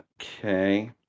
Okay